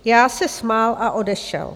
Já se smál a odešel.